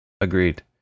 Agreed